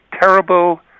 terrible